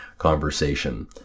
conversation